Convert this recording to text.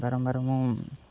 ବାରମ୍ ବର